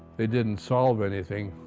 they didn't solve anything.